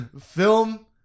film